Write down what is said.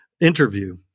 interview